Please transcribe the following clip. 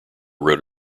wrote